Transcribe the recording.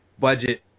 budget